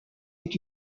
est